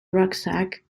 rucksack